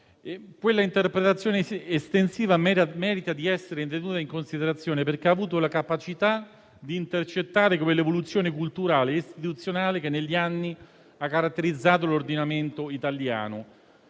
Quella interpretazione estensiva merita di essere tenuta in considerazione perché ha avuto la capacità di intercettare l'evoluzione culturale e istituzionale che negli anni ha caratterizzato l'ordinamento italiano.